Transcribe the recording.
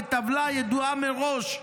בטבלה ידועה מראש,